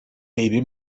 baby